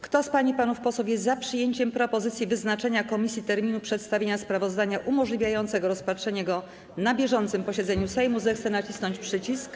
Kto z pań i panów posłów jest za przyjęciem propozycji wyznaczenia komisji terminu przedstawienia sprawozdania umożliwiającego rozpatrzenie go na bieżącym posiedzeniu Sejmu, zechce nacisnąć przycisk.